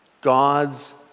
God's